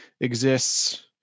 exists